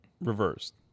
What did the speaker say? reversed